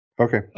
Okay